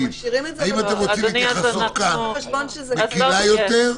האם אתם רוצים כאן התייחסות מקילה יותר?